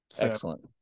Excellent